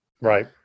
Right